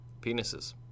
penises